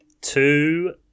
Two